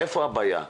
איפה הבעיה?